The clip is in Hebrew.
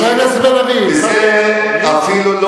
וזה אפילו לא,